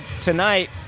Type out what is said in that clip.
tonight